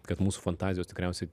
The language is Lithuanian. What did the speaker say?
kad mūsų fantazijos tikriausiai